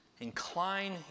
Incline